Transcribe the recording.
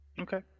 Okay